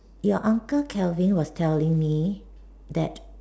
your uncle Kelvin was telling me that